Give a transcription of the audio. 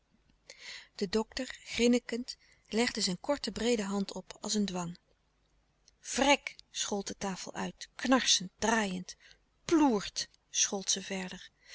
de dokter grinnikend legde zijn korte breede hand op als een dwang vrek schold de tafel uit knarsend draaiend ploert schold ze verder